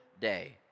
day